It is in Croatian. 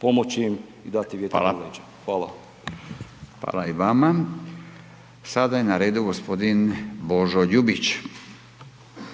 pomoći im i dati vjetar u leđa. Hvala. **Radin, Furio (Nezavisni)** Hvala. Sada je na redu gospodin Božo Ljubić.